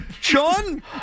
Sean